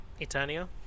Eternia